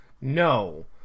No